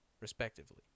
Respectively